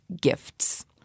gifts